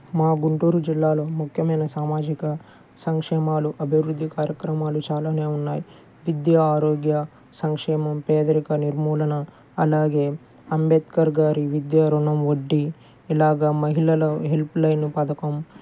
మా గుంటూరు జిల్లాలో ముఖ్యమైన సామాజిక సంక్షేమాలు అభివృద్ధి కార్యక్రమాలు చాలానే ఉన్నాయి విద్యా ఆరోగ్య సంక్షేమం పేదరిక నిర్మూలన అలాగే అంబేద్కర్ గారి విద్యారుణం వడ్డీ ఇలాగ మహిళల హెల్ప్ లైను పథకం